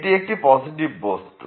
এটি একটি পজেটিভ বস্তু